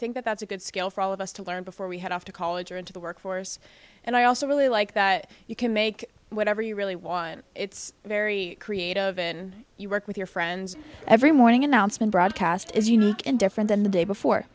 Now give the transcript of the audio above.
think that's a good skill for all of us to learn before we head off to college or into the workforce and i also really like that you can make whatever you really want it's very creative and you work with your friends every morning announcement broadcast is unique and different than the day before